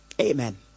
amen